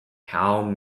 power